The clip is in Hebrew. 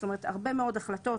זאת אומרת הרבה מאוד החלטות,